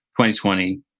2020